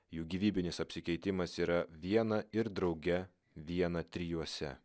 jų gyvybinis apsikeitimas yra viena ir drauge viena trijuose